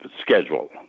schedule